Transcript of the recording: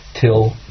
till